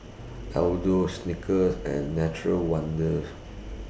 Aldo Snickers and Nature's Wonders